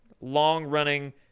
long-running